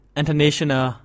International